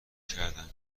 کردم